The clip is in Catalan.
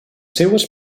seues